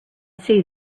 see